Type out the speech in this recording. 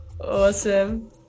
Awesome